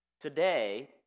today